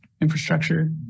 infrastructure